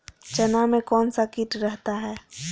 चना में कौन सा किट रहता है?